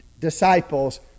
disciples